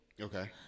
Okay